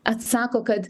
atsako kad